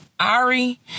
Ari